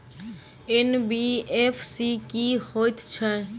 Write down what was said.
NBFC की हएत छै?